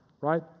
Right